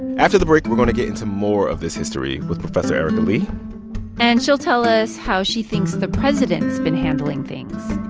after the break, we're going to get into more of this history with professor erika lee and she'll tell us how she thinks the president's been handling things